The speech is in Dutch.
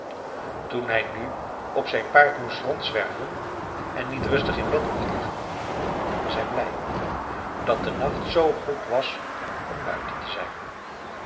toen hij nu op zijn paard moest rondzwerven en niet rustig in bed mocht liggen was hij blij dat de nacht zoo goed was om buiten te zijn